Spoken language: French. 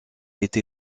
été